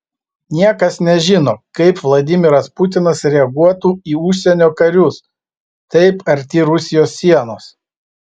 niekas nežino kaip vladimiras putinas reaguotų į užsienio karius taip arti rusijos sienos